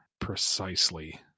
precisely